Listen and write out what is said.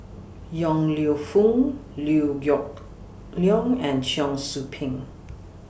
Yong Lew Foong Liew Yong Leong and Cheong Soo Pieng